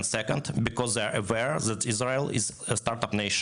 שנית בגלל שהם מודעים לזה שישראל היא אומת סטארט-אפ.